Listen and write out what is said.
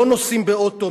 לא נוסעים באוטו,